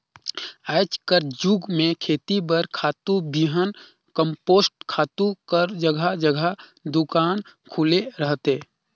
आएज कर जुग में खेती बर खातू, बीहन, कम्पोस्ट खातू कर जगहा जगहा दोकान खुले रहथे